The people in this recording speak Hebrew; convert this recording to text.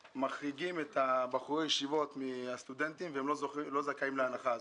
מחריגים פה את בחורי הישיבות מהסטודנטים כך שהם לא זוכים להנחה הזאת.